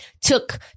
took